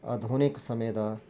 ਆਧੁਨਿਕ ਸਮੇਂ ਦਾ